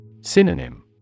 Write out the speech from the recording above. Synonym